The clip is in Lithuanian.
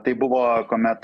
tai buvo kuomet